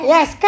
Yes